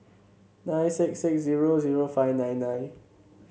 nine six six zero zero five nine nine